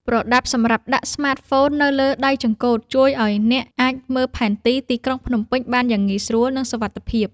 ប្រដាប់សម្រាប់ដាក់ស្មាតហ្វូននៅលើដៃចង្កូត ជួយឱ្យអ្នកអាចមើលផែនទីទីក្រុងភ្នំពេញបានយ៉ាងងាយស្រួល និងសុវត្ថិភាព។